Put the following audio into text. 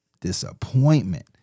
disappointment